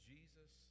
Jesus